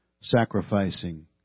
sacrificing